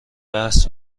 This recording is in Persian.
بحث